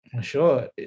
sure